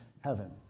heaven